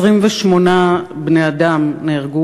28 בני-אדם נהרגו